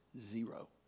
zero